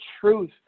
truth